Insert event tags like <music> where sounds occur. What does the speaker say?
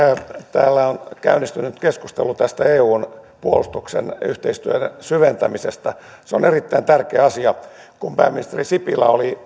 täällä on käynnistynyt keskustelu tästä eun puolustuksen yhteistyön syventämisestä se on erittäin tärkeä asia kun pääministeri sipilä oli <unintelligible>